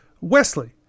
Wesley